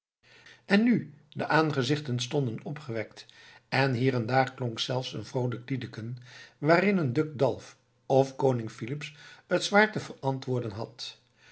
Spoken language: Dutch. en nu de aangezichten stonden opgewekt en hier en daar klonk zelfs een vroolijk liedeken waarin een duc d'alv of koning filips het zwaar te verantwoorden had